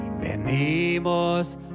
Venimos